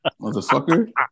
motherfucker